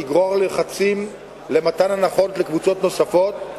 נגרור לחצים למתן הנחות לקבוצות נוספות,